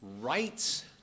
Rights